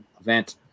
event